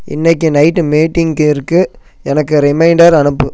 இன்றைக்கு நைட்டு மீட்டிங்கிற்கு எனக்கு ரிமைண்டர் அனுப்பு